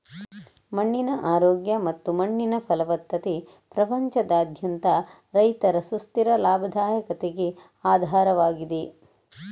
ಮಣ್ಣಿನ ಆರೋಗ್ಯ ಮತ್ತು ಮಣ್ಣಿನ ಫಲವತ್ತತೆ ಪ್ರಪಂಚದಾದ್ಯಂತ ರೈತರ ಸುಸ್ಥಿರ ಲಾಭದಾಯಕತೆಗೆ ಆಧಾರವಾಗಿದೆ